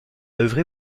œuvré